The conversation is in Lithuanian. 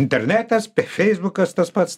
internetas feisbukas tas pats